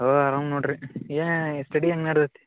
ಓ ಆರಾಮ ನೋಡ್ರಿ ಏ ಸ್ಟಡಿ ಹೆಂಗೆ ನಡದತಿ